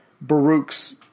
Baruch's